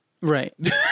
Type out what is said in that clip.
Right